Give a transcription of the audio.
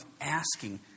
asking